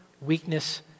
weakness